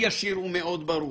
ישר קפצתי, עוד לפני שהייתה שאלה.